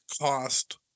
cost